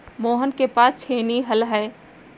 मोहन के पास छेनी हल है